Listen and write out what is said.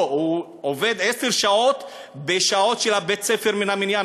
הוא עובד עשר שעות בשעות של בית-הספר מן המניין,